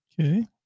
Okay